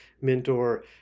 mentor